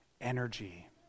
energy